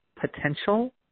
potential